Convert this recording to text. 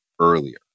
earlier